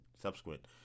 subsequent